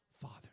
Father